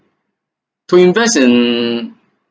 to invest in